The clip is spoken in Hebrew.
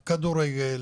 כדורגל,